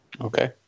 Okay